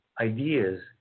ideas